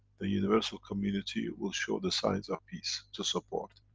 the universal community will show the science of peace, to support.